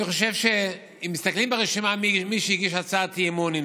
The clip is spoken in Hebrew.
אני חושב אם מסתכלים ברשימה מי הגיש הצעת אי-אמון,